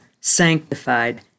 sanctified